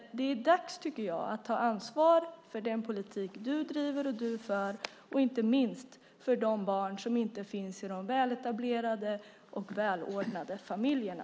Det är dags att ta ansvar för den politik du driver, och inte minst för de barn som inte finns i de väletablerade och välordnade familjerna.